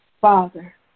Father